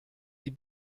die